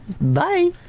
Bye